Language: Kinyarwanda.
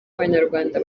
abanyarwanda